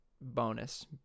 bonus